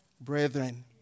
brethren